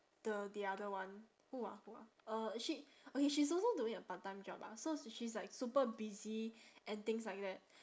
the the other one who ah who ah uh she okay she's also doing a part time job ah so she is like super busy and things like that